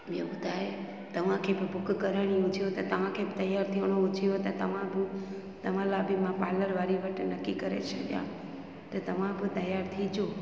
ॿियो ॿुधाए तव्हांखे बि बुक कराइणी हुजेव त तव्हांखे बि तयार थियणो हुजेव त तव्हां बि तव्हां लाइ बि मां पालर वारी वटि नकी करे छॾियां त तव्हां बि तयार थी अचो